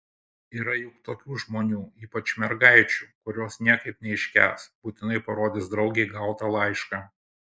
yra juk tokių žmonių ypač mergaičių kurios niekaip neiškęs būtinai parodys draugei gautą laišką